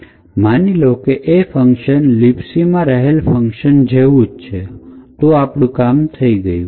અને માની લો કે એ ફંકશન libcમાં રહેલ ફંકશન જેવું છે તો આપણું કામ થઈ ગયું